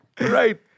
right